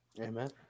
Amen